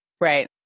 Right